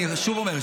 אני שוב אומר,